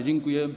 Dziękuję.